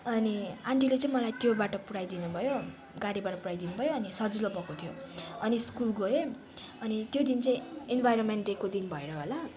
अनि आन्टीले चाहिँ मलाई त्यो बाटो पुऱ्याइदिनु भयो गाडीबाट पुऱ्याइदिनु भयो अनि सजिलो भएको थियो अनि स्कुल गएँ अनि त्यो दिन चाहिँ इन्भायरोमेन्ट डेको दिन भएर होला